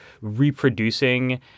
reproducing